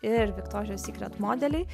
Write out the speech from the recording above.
ir viktorijos sykret modeliai